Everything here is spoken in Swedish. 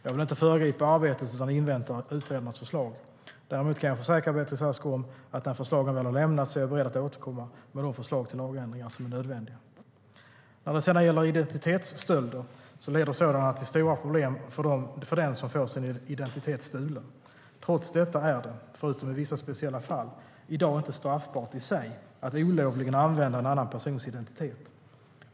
Jag vill inte föregripa arbetet utan inväntar utredarnas förslag. Däremot kan jag försäkra Beatrice Ask om att när förslagen väl har lämnats är jag beredd att återkomma med de förslag till lagändringar som är nödvändiga. När det sedan gäller identitetsstölder leder sådana till stora problem för den som får sin identitet stulen. Trots detta är det - förutom i vissa speciella fall - i dag inte straffbart i sig att olovligen använda en annan persons identitet.